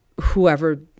whoever